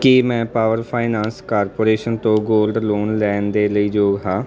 ਕੀ ਮੈਂ Power Finance Corporation ਤੋਂ gold loan ਲੈਣ ਦੇ ਲਈ ਯੋਗ ਹਾਂ